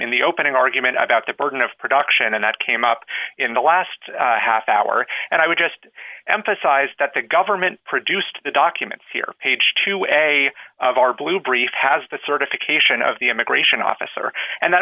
in the opening argument about the burden of production and that came up in the last half hour and i would just emphasize that the government produced the documents here page to a of our blue briefs has the certification of the immigration officer and that